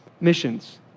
missions